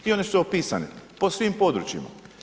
I one su opisane po svim područjima.